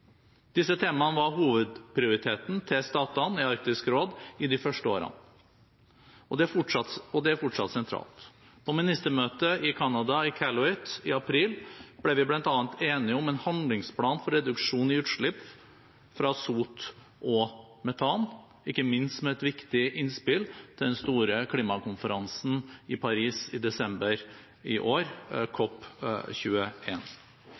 råd i de første årene. Og det er fortsatt sentralt: På ministermøtet i Canada i Iqaluit i april ble vi bl.a. enige om en handlingsplan for reduksjon i utslipp av sot og metan, ikke minst med et viktig innspill – den store klimakonferansen i Paris i desember i år,